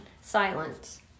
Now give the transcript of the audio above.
silence